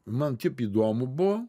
man teip įdomu buvo